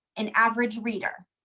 and average reader,